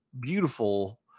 beautiful